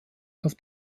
auf